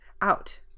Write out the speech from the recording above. out